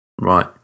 Right